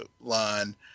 line